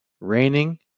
raining